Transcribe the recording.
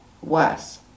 worse